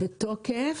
הביטול בתוקף.